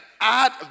add